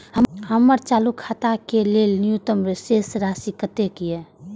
हमर चालू खाता के लेल न्यूनतम शेष राशि कतेक या?